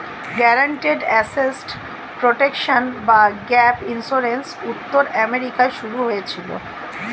guaranteed asset protection বা gap insurance উত্তর আমেরিকায় শুরু হয়েছিল